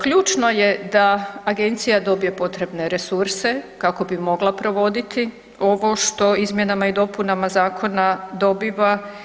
Ključno je da agencija dobije potrebne resurse kako bi mogla provoditi ovo što izmjenama i dopunama zakona dobiva.